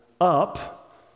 up